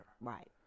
Right